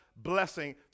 Blessing